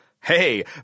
Hey